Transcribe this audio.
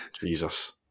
Jesus